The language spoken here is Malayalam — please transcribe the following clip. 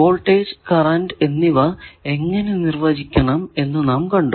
വോൾടേജ് കറന്റ് എന്നിവ എങ്ങനെ നിർവചിക്കണം എന്ന് നാം കണ്ടു